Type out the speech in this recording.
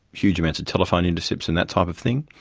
huge amounts of telephone intercepts and that type of thing.